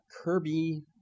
Kirby